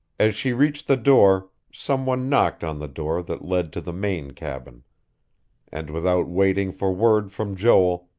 as she reached the door, some one knocked on the door that led to the main cabin and without waiting for word from joel,